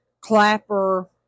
clapper